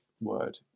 Word